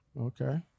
Okay